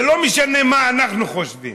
זה לא משנה מה אנחנו חושבים.